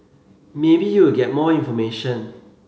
maybe you will get more information